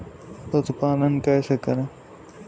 पशुपालन कैसे करें?